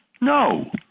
no